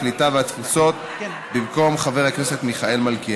הקליטה והתפוצות במקום חבר הכנסת מיכאל מלכיאלי.